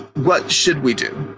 what should we do?